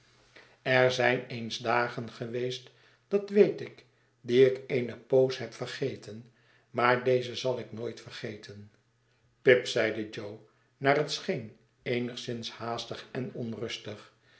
er zijn eens dagen geweest dat weet ik die ik eene poos heb vergeten maar deze zal ik nooit vergeten pip zeide jo naar het scheen eenigszins haastig en onrustig